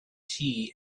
tea